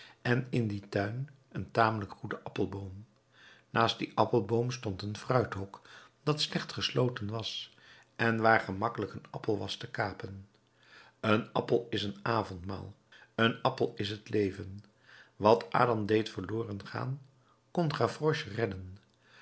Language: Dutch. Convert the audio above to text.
en in dien tuin een tamelijk goeden appelboom naast dien appelboom stond een fruithok dat slecht gesloten was en waar gemakkelijk een appel was te kapen een appel is een avondmaal een appel is het leven wat adam deed verloren gaan kon gavroche redden